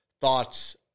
thoughts